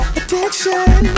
addiction